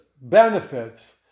benefits